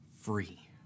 free